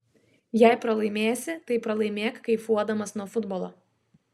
jei pralaimėsi tai pralaimėk kaifuodamas nuo futbolo